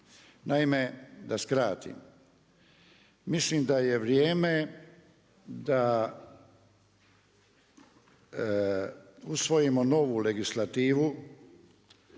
Naime, da skratim. Mislim da je vrijeme da usvojimo novu legislativu,